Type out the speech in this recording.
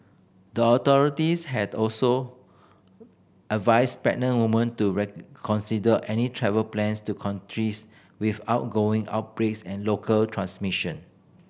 the authorities had also advised pregnant woman to reconsider any travel plans to countries with ongoing outbreaks and local transmission